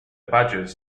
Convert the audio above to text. badgers